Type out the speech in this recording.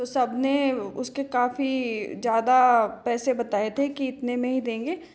तो सबने उसके काफ़ी ज़्यादा पैसे बताए थे कि इतने में ही देंगे